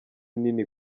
nini